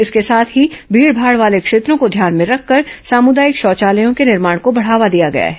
इसके साथ ही मीड़माड़ वाले क्षेत्रों को ध्यान में रखकर सामुदायिक शौचालयों के निर्माण को बढ़ावा दिया गया है